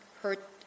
hurt